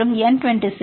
6 2